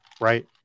right